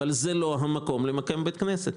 אבל זה לא המקום למקם בית כנסת.